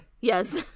Yes